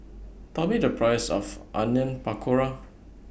Tell Me The Price of Onion Pakora